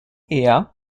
eher